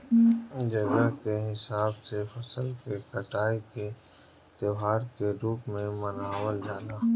जगह के हिसाब से फसल के कटाई के त्यौहार के रूप में मनावल जला